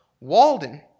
Walden